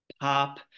pop